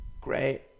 great